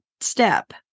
step